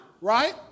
right